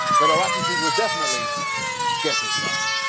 but her attitude was definitely get it done.